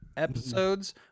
episodes